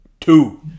two